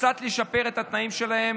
וקצת לשפר את התנאים שלהם